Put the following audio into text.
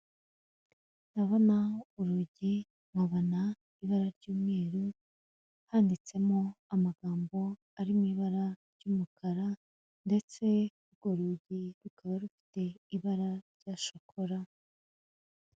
Ndabona urugi, nkabona ibara ry'umweru, handitsemo amagambo ari mu ibara ry'umukara, ndetse, urugi rukaba rufite ibara rya shokora.